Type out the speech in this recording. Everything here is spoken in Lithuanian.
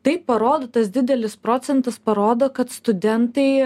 tai parodo tas didelis procentas parodo kad studentai